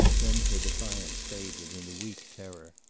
then her defiance faded in a weak terror.